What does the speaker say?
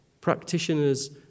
practitioners